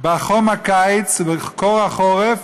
בחום הקיץ ובקור החורף,